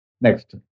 Next